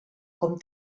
com